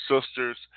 sisters